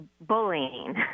bullying